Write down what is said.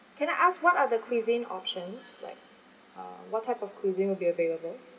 can I ask what are the cuisine options like uh what type of cuisine will be available